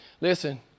Listen